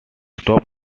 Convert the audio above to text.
stop